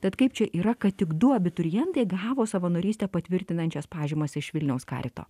tad kaip čia yra kad tik du abiturientai gavo savanorystę patvirtinančias pažymas iš vilniaus karito